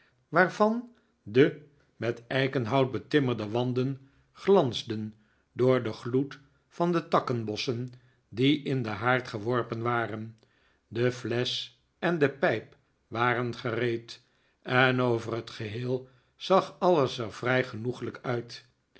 waarvan de met eikenhout betimmerde wanden glansden door den gloed van de takkenbossen die in den haard geworpen waren de flesch en de pijp waren gereed en over het geheel zag alles er vrij genoeglijk uit